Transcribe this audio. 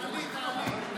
תעלי, תעלי.